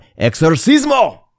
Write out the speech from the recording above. Exorcismo